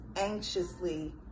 anxiously